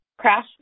Crash